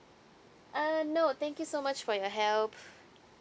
uh no thank you so much for your help